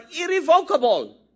irrevocable